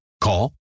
call